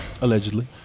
Allegedly